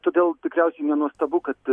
todėl tikriausiai nenuostabu kad